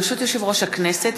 ברשות יושב-ראש הכנסת,